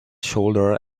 shoulder